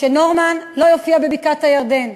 שנורמן לא יופיע בבקעת-הירדן.